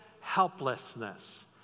helplessness